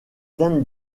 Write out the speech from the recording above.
teintes